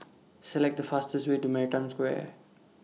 Select The fastest Way to Maritime Square